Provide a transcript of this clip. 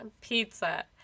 pizza